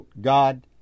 ...God